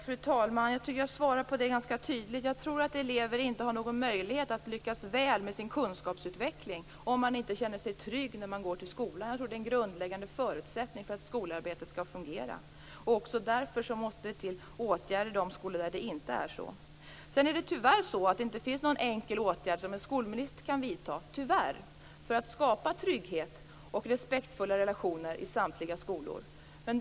Fru talman! Jag tycker att jag gav ett ganska tydligt svar på den frågan. Jag tror inte att elever har någon möjlighet att lyckas väl med sin kunskapsutveckling om de inte känner sig trygga när de går till skolan. Jag tror att det är en grundläggande förutsättning för att skolarbetet skall fungera. Därför måste det till åtgärder i de skolor där det inte är så. Tyvärr finns det inte någon enkel åtgärd som en skolminister kan vidta för att skapa trygghet och respektfulla relationer i samtliga skolor.